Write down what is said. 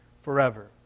forever